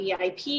VIP